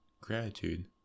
gratitude